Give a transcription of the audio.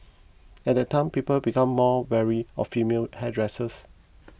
at that time people became more wary of female hairdressers